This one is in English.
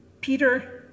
Peter